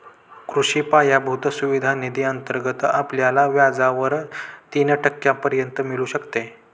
कृषी पायाभूत सुविधा निधी अंतर्गत आपल्याला व्याजावर तीन टक्क्यांपर्यंत मिळू शकते